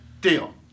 Deal